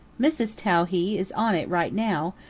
mrs. towhee is on it right now,